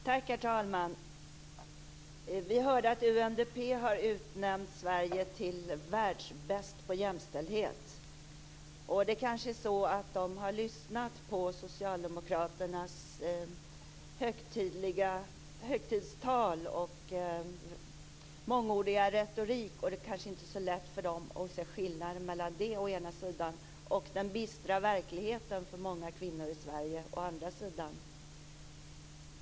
Herr talman! Vi hörde att UNDP har utnämnt Sverige till världsbäst på jämställdhet. Det kanske är så att de som har gjort det har lyssnat på socialdemokraternas högtidstal och mångordiga retorik, och det kanske inte är så lätt för dem att se skillnad mellan det å ena sidan och den bistra verkligheten för många kvinnor i Sverige å andra sidan.